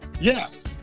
yes